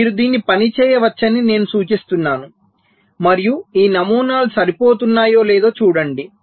కాబట్టి మీరు దీన్ని పని చేయవచ్చని నేను సూచిస్తున్నాను మరియు ఈ నమూనాలు సరిపోతున్నాయో లేదో చూడండి